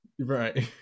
Right